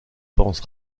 pense